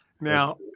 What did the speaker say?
now